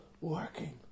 working